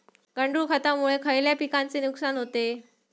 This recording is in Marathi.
गांडूळ खतामुळे खयल्या पिकांचे नुकसान होते?